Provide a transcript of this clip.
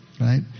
right